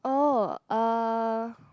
oh uh